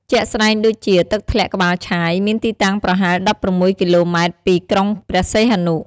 ជាក់ស្ដែងដូចជា ទឹកធ្លាក់ក្បាលឆាយ មានទីតាំងប្រហែល ១៦ គីឡូម៉ែត្រពីក្រុងព្រះសីហនុ។